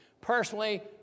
personally